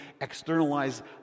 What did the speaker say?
externalize